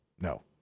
No